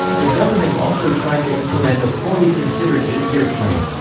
the government also tried to implement a poorly considered eight-year plan.